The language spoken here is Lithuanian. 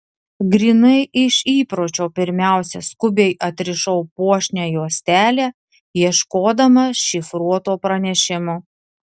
grynai iš įpročio pirmiausia skubiai atrišau puošnią juostelę ieškodama šifruoto pranešimo